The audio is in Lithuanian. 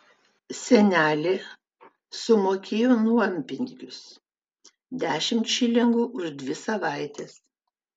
senelė sumokėjo nuompinigius dešimt šilingų už dvi savaites